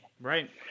Right